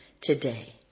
today